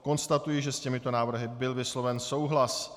Konstatuji, že s těmito návrhy byl vysloven souhlas.